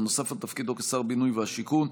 נוסף על תפקידו כשר הבינוי והשיכון.